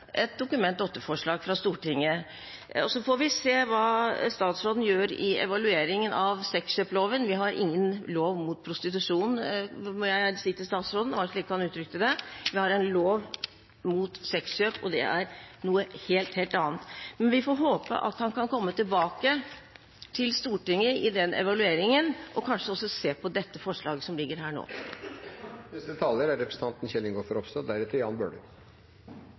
et Dokument 8-forslag fra Stortinget, og så får vi se hva statsråden gjør i evalueringen av sexkjøpsloven. Vi har ingen lov mot prostitusjon, må jeg si til statsråden – det var slik han uttrykte det – vi har en lov mot sexkjøp, og det er noe helt, helt annet. Vi får håpe at han kan komme tilbake til Stortinget i den evalueringen og kanskje også se på det forslaget som ligger her nå.